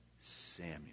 Samuel